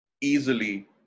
easily